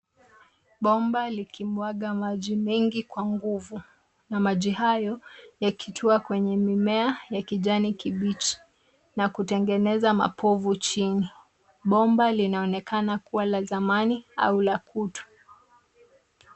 Bomba likimwaga maji mengi kwa nguvu na maji hayo yakitua kwenye mimea ya kijani kibichi na kutengeneza mapovu chini. Bomba linaonekana kuwa la zamani au la kutu.